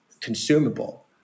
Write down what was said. consumable